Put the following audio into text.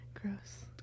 Gross